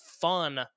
fun